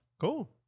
Cool